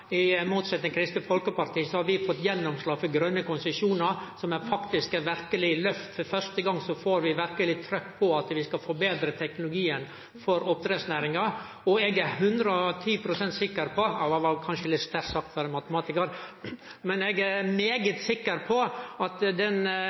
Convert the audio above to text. motsetning til Kristeleg Folkeparti har vi fått gjennomslag for grøne konsesjonar, som er eit verkeleg løft. For første gong får vi verkeleg trykk på at vi skal forbetre teknologien for oppdrettsnæringa. Eg er 110 pst. sikker på – det var kanskje litt sterkt sagt for ein matematikar, men eg er